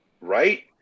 right